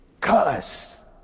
cuss